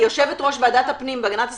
כיושבת-ראש ועדת הפנים והגנת הסביבה,